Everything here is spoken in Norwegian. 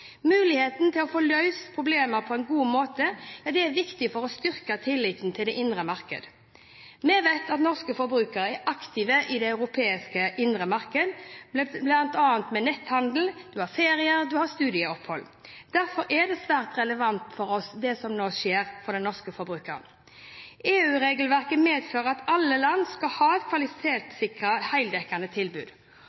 Muligheten til å få løst problemer på en god måte er viktig for å styrke tilliten til det indre marked. Vi vet at norske forbrukere er aktive i det europeiske indre marked, bl.a. med netthandel, ferier og studieopphold. Derfor er det svært relevant for oss det som nå skjer for den norske forbrukeren. EU-regelverket medfører at alle land skal ha et